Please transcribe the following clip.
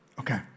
okay